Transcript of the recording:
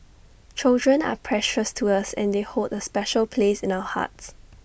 children are precious to us and they hold A special place in our hearts